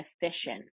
efficient